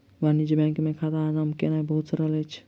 वाणिज्य बैंक मे खाता आरम्भ केनाई बहुत सरल अछि